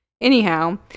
anyhow